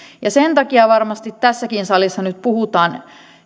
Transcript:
sen takia varmasti tässäkin salissa nyt puhutaan